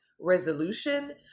resolution